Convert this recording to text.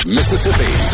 Mississippi